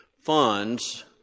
funds